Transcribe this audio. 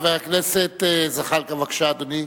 חבר הכנסת זחאלקה, בבקשה, אדוני.